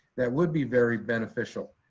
that would be very beneficial.